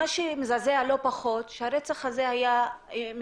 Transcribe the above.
מה שמזעזע לא פחות הוא שהרצח היה עם